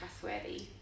trustworthy